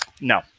no